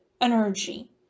energy